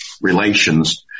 relations